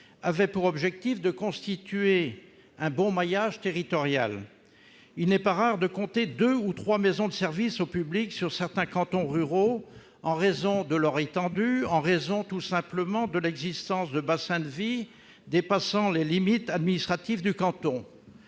avait pour objectif de constituer un bon maillage territorial. Il n'est pas rare de compter deux ou trois maisons de services au public dans certains cantons ruraux, en raison de leur étendue ou, tout simplement, de l'existence de bassins de vie dépassant les limites administratives du canton.